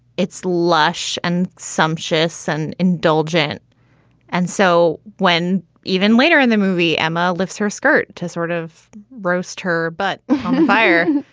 it's lush and sumptuous and indulgent and so when even later in the movie, emma lifts her skirt to sort of roast her butt on fire.